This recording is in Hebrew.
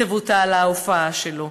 תבוטל ההופעה שלו.